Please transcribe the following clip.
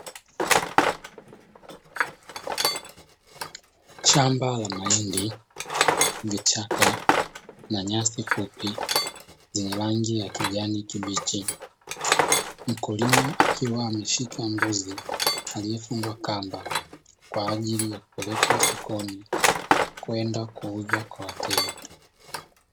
Shamba la mahindi, vichaka na nyasi fupi zenye rangi ya kijani kibichi. Mkulima akiwa ameshika mbuzi aliyefungwa kamba kwa ajili ya kupelekwa sokoni kwenda kuuzwa Kwa Watej.